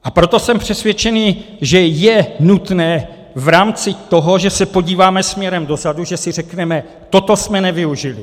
A proto jsem přesvědčený, že je nutné v rámci toho, že se podíváme směrem dozadu, že si řekneme toto jsme nevyužili.